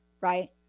Right